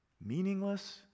meaningless